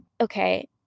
okay